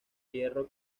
hierro